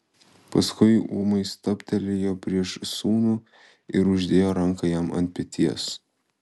paskui ūmai stabtelėjo prieš sūnų ir uždėjo ranką jam ant peties